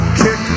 kick